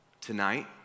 tonight